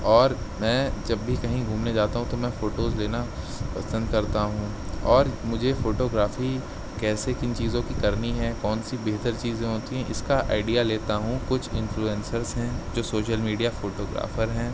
اور میں جب بھی کہیں گھومنے جاتا ہوں تو میں فوٹوز لینا پسند کرتا ہوں اور مجھے فوٹوگرافی کیسے کن چیزوں کی کرنی ہے کون سی بہتر چیزیں ہوتی ہیں اس کا آئیڈیا لیتا ہوں کچھ اینفلوئنسرس ہیں جو سوشل میڈیا فوٹوگرافر ہیں